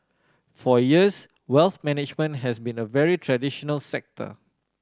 for years wealth management has been a very traditional sector